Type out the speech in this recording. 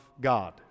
God